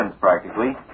practically